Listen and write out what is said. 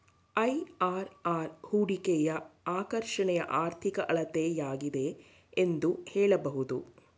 IRR ಹೂಡಿಕೆಯ ಆಕರ್ಷಣೆಯ ಆರ್ಥಿಕ ಅಳತೆಯಾಗಿದೆ ಎಂದು ಹೇಳಬಹುದು